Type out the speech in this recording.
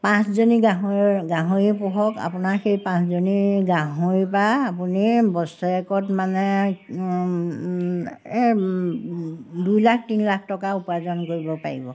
পাঁচজনী গাহৰি পোহক আপোনাৰ সেই পাঁচজনী গাহৰিৰপৰা আপুনি বছৰেকত মানে দুই লাখ তিনি লাখ টকা উপাৰ্জন কৰিব পাৰিব